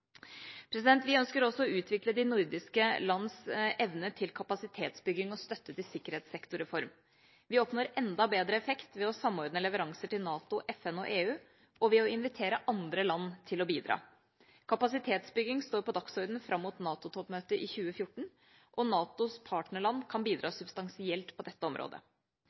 Vi ønsker også å utvikle de nordiske lands evne til kapasitetsbygging og støtte til sikkerhetssektorreform. Vi oppnår enda bedre effekt ved å samordne leveranser til NATO, FN og EU, og ved å invitere andre land til å bidra. Kapasitetsbygging står på dagsordenen fram mot NATO-toppmøtet i 2014, og NATOs partnerland kan bidra substansielt på dette området.